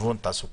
גיוון תעסוקתי.